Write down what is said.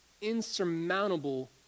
insurmountable